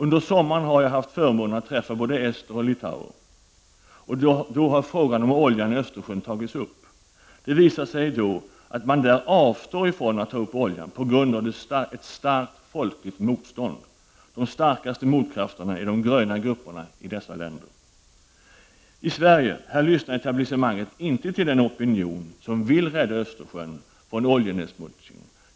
Under sommaren har jag haft förmånen att träffa både ester och litauer, och då har frågan om oljan i Östersjön tagits upp. Det visar sig då att man där avstår från att ta upp olja på grund av ett starkt folkligt motstånd. De starkaste motkrafterna är de gröna grupperna i dessa länder. I Sverige lyssnar etablissemanget inte till den opinion som vill rädda Östersjön från oljenedsmutsning.